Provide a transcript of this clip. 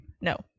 No